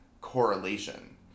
correlation